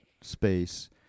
space